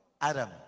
Adam